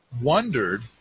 wondered